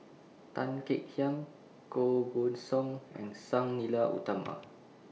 Tan Kek Hiang Koh Guan Song and Sang Nila Utama